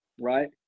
right